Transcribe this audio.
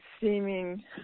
seeming